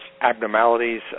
abnormalities